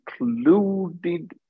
included